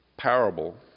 Parable